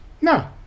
No